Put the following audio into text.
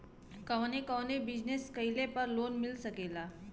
कवने कवने बिजनेस कइले पर लोन मिल सकेला?